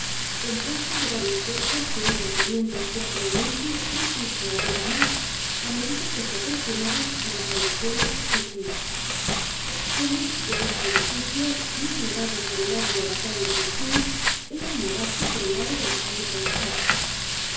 compuesto de varios cuerpos que iban teniendo gradualmente un piso ó dos mas á medida que se aproximaban á la callejuela picpus de modo que este edificio muy elevado por el lado de la calle picpus era muy bajo por el lado de la calle